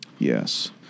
Yes